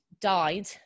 died